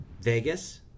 Vegas